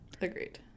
Agreed